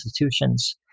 institutions